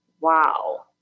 Wow